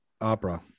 opera